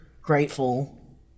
grateful